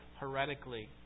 heretically